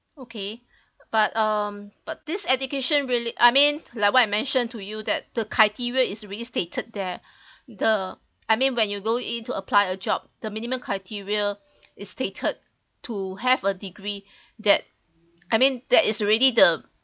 okay but um but this education really I mean like what I mentioned to you that the criteria is really stated there the I mean when you go in to apply a job the minimum criteria is stated to have a degree that I mean that is already the